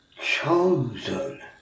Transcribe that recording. chosen